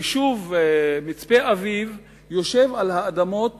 היישוב מצפה-אביב יושב על האדמות